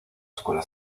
escuela